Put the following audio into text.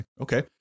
okay